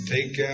Take